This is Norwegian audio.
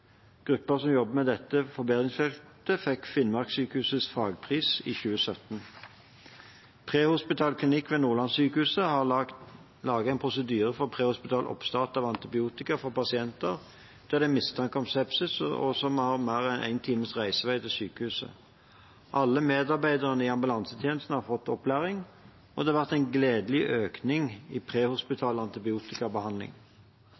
som jobber med dette forbedringsfeltet, fikk Finnmarkssykehusets fagpris for 2017. Prehospital klinikk ved Nordlandssykehuset har laget en prosedyre for prehospital oppstart av antibiotika for pasienter der det er mistanke om sepsis, og som har mer enn én times reisevei til sykehuset. Alle medarbeiderne i ambulansetjenesten har fått opplæring, og det har vært en gledelig økning i